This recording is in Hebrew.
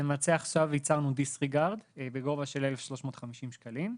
למעשה עכשיו ביצענו דיסריגרד בגובה של 1,350 שקלים,